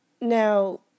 Now